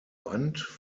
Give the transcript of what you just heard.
band